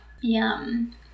Yum